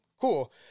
cool